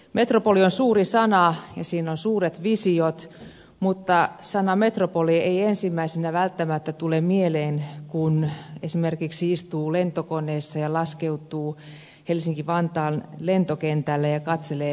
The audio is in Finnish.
metropoli on suuri sana ja siinä on suuret visiot mutta sana metropoli ei ensimmäisenä välttämättä tule mieleen kun esimerkiksi istuu lentokoneessa ja laskeutuu helsinki vantaan lentokentälle ja katselee maisemia